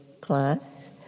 class